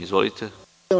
Izvolite.